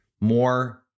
more